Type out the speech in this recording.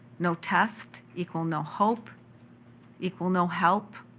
no tests equal no hope equal no help.